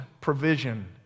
provision